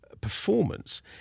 performance